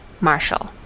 Marshall